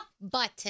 button